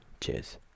Cheers